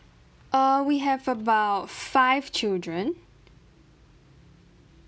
err we have about five children